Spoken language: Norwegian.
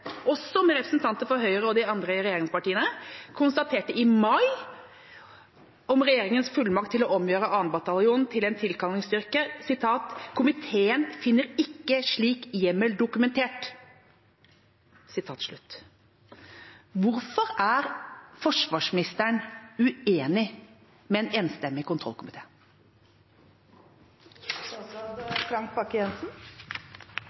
også med representanter fra Høyre og de andre regjeringspartiene, konstaterte i mai om regjeringas fullmakt til å omgjøre 2. bataljon til en tilkallingsstyrke: «Komiteen finner ikke slik hjemmel dokumentert.» Hvorfor er forsvarsministeren uenig med en enstemmig